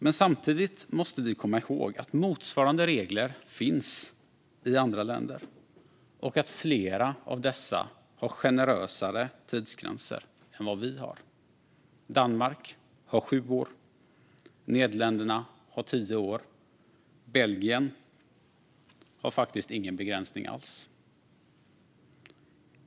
Men samtidigt måste vi komma ihåg att motsvarande regler finns i andra länder och att flera av dessa har generösare tidsgränser än vad vi har. Danmark har sju år. Nederländerna har tio år. Belgien har ingen begränsning alls.